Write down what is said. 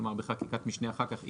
כלומר בחקיקת משנה אחר כך,